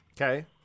Okay